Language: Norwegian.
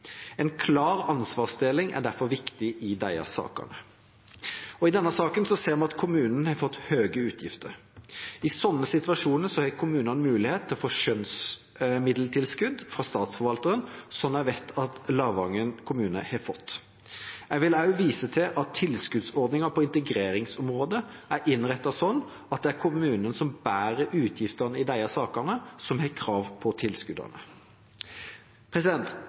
En klar ansvarsdeling er derfor viktig i disse sakene. I denne saken ser vi at kommunen har fått høye utgifter. I sånne situasjoner har kommunene mulighet til å få skjønnsmiddeltilskudd fra statsforvalteren, noe jeg vet at Lavangen kommune har fått. Jeg vil også vise til at tilskuddsordningen på integreringsområdet er innrettet sånn at det er den kommunen som bærer utgiftene i disse sakene, som har krav på tilskuddene.